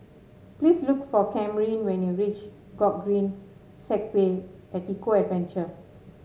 please look for Kamryn when you reach Gogreen Segway at Eco Adventure